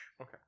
Okay